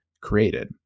created